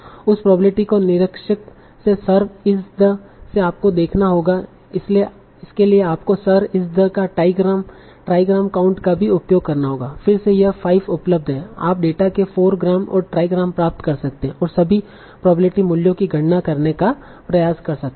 उस प्रोबेबिलिटी को निरीक्षक से 'सर्व एस द' से आपको देखना होगा इसके लिए आपको 'सर्व एस द' का ट्राईग्राम काउंट का भी उपयोग करना होगा फिर से यह 5 उपलब्ध है आप डेटा के 4ग्राम और ट्राईग्राम प्राप्त कर सकते हैं और सभी प्रोबेबिलिटी मूल्यों की गणना करने का प्रयास कर सकते हैं